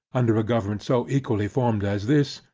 under a government so equally formed as this,